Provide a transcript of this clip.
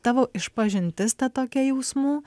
tavo išpažintis ta tokia jausmų